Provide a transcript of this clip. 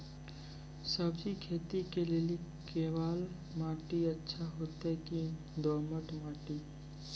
सब्जी खेती के लेली केवाल माटी अच्छा होते की दोमट माटी?